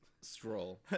stroll